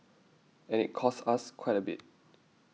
and it costs us quite a bit